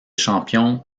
champion